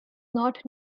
not